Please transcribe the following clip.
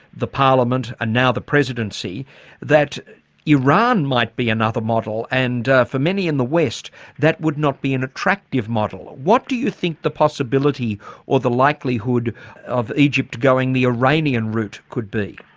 the parliament and now the presidency that iran might be another model and for many in the west that would not be an attractive model. what do you think the possibility or the likelihood of egypt going the iranian route could be?